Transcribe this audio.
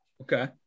okay